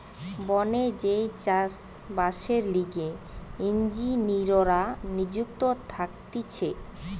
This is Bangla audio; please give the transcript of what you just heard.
বনে যেই চাষ বাসের লিগে ইঞ্জিনীররা নিযুক্ত থাকতিছে